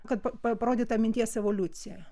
kad pa pa parodyt tą minties evoliuciją